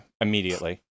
immediately